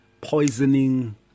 poisoning